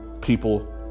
people